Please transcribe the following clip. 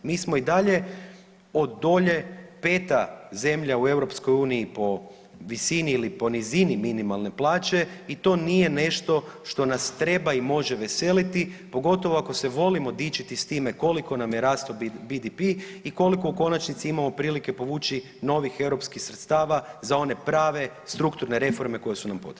Mi smo i dalje od dolje 5 zemlja u EU po visini ili po nizini minimalne plaće i to nije nešto što nas treba i može veseliti pogotovo ako se volimo dičiti s time koliko nam je rastao BDP i koliko u konačnici imamo prilike povući novih europskih sredstava za one prave strukturne reforme koje su nam potrebne.